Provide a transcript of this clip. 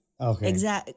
Okay